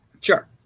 Sure